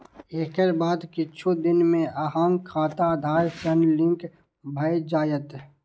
एकर बाद किछु दिन मे अहांक खाता आधार सं लिंक भए जायत